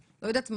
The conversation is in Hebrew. אני יודעת מה,